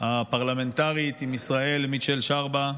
הפרלמנטרית עם ישראל מיכאו שצ'רבה,